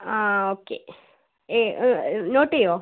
ആ okay note ചെയ്യുമോ